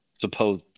Suppose